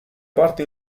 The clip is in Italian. parte